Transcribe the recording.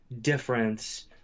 difference